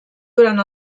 durant